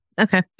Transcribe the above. Okay